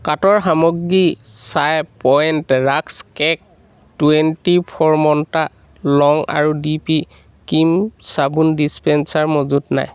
কাৰ্টৰ সামগ্ৰী Chai Point rusk cake twenty four Mantra long আৰু ডি পি ক্ৰীম চাবোন ডিচপেন্সাৰ মজুত নাই